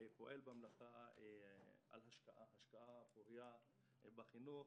שפועל במלאכה על השקעה פורייה בחינוך,